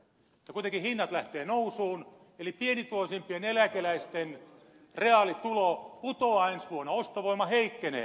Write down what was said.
kuitenkin hinnat lähtevät nousuun eli pienituloisimpien eläkeläisten reaalitulo putoaa ensi vuonna ostovoima heikkenee